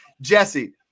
Jesse